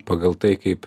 pagal tai kaip